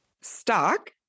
stock